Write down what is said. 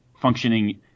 functioning